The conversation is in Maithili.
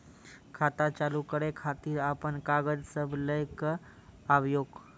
खाता चालू करै खातिर आपन कागज सब लै कऽ आबयोक?